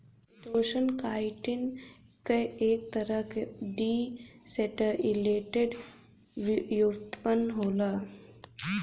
chitosan, chitin क एक तरह क डीएसेटाइलेटेड व्युत्पन्न होला